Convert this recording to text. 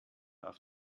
auf